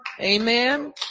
Amen